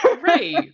right